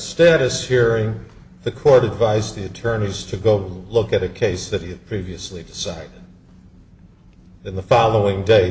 status hearing the court advised the attorneys to go look at a case that he had previously decided that the following day